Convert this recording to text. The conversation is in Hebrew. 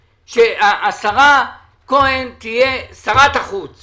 שהשרה כהן תהיה שרת החוץ